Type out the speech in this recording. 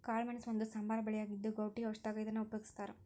ಕಾಳಮೆಣಸ ಒಂದು ಸಾಂಬಾರ ಬೆಳೆಯಾಗಿದ್ದು, ಗೌಟಿ ಔಷಧದಾಗ ಇದನ್ನ ಉಪಯೋಗಸ್ತಾರ